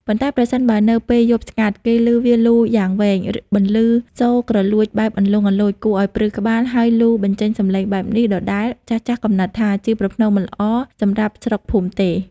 ប៉ុន្តែ ប្រសិនបើនៅពេលយប់ស្ងាត់ គេឮវាលូយ៉ាងវែង បន្លឺសូរគ្រលួចបែបលន្លង់លន្លោច គួរឱ្យព្រឺក្បាល ហើយលូបញ្ចេញសំឡេងបែបនេះដដែល ចាស់ៗកំណត់ថា ជាប្រផ្នូលមិនល្អសម្រាប់ស្រុកភូមិទេ។